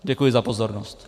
Děkuji za pozornost.